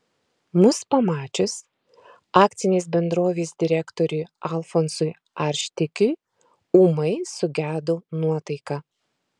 mus pamačius akcinės bendrovės direktoriui alfonsui arštikiui ūmai sugedo nuotaika